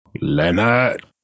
Leonard